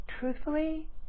truthfully